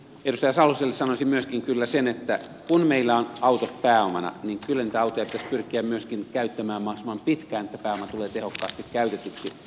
edustaja saloselle sanoisin myöskin kyllä sen että kun meillä on autot pääomana niin kyllä niitä autoja pitäisi pyrkiä myöskin käyttämään mahdollisimman pitkään että pääoma tulee tehokkaasti käytetyksi